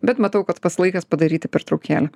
bet matau kad pats laikas padaryti pertraukėlę